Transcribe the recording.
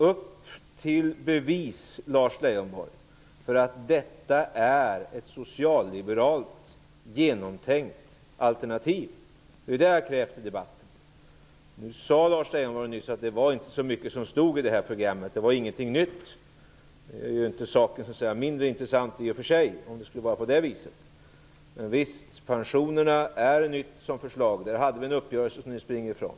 Upp till bevis, Lars Leijonborg, för att detta är ett socialliberalt genomtänkt alternativ. Det är vad jag har krävt i debatten. Lars Leijonborg sade nyss att det inte stod så mycket i detta program. Det var ingenting nytt. Det gör i och för sig inte saken mindre intressant, om det skulle vara så. Men det som gäller pensionerna är ett nytt förslag. Där hade vi en uppgörelse som ni springer ifrån.